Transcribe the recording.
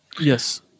yes